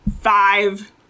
five